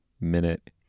minute